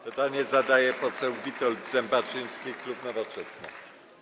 Pytanie zadaje poseł Witold Zembaczyński, klub Nowoczesna.